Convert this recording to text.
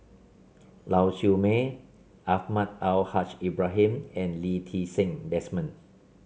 Lau Siew Mei Almahdi Al Haj Ibrahim and Lee Ti Seng Desmond